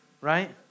right